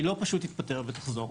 היא לא פשוט תתפטר ותחזור.